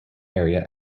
area